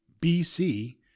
BC